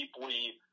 deeply